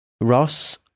Ross